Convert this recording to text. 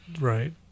Right